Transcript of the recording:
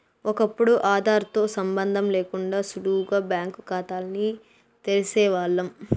ఒకప్పుడు ఆదార్ తో సంబందం లేకుండా సులువుగా బ్యాంకు కాతాల్ని తెరిసేవాల్లం